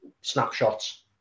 snapshots